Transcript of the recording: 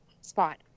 spot